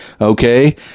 okay